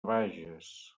bages